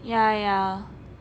ya ya